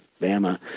Bama